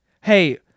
Hey